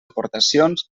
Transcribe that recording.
aportacions